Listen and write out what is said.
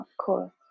cool